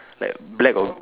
like black or